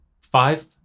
five